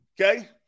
Okay